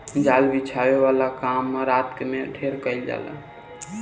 जाल बिछावे वाला काम रात में ढेर कईल जाला